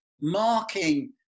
Marking